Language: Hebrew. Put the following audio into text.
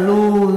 אבל הוא,